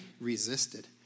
resisted